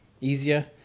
easier